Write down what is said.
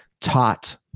taught